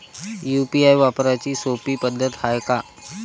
UPI वापराची सोपी पद्धत हाय का?